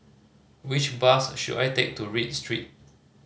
which bus should I take to Read Street